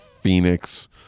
phoenix